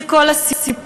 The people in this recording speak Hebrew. זה כל הסיפור.